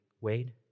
Wade